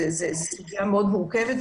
זו סוגיה מורכבת.